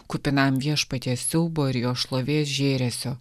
kupinam viešpaties siaubo ir jo šlovės žėresio